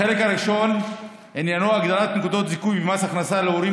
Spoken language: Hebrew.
החלק ראשון עניינו הגדלת נקודות זיכוי במס הכנסה להורים